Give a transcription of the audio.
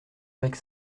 avec